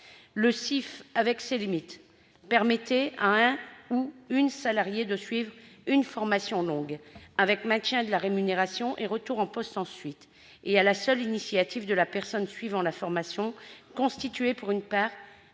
Le CIF, avec ses limites, permettait à un salarié ou une salariée de suivre une formation longue, avec maintien de la rémunération et retour en poste ensuite, sur la seule initiative de la personne suivant la formation. Il constituait